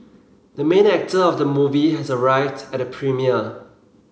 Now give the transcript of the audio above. the main actor of the movie has arrived at the premiere